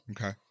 Okay